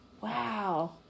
Wow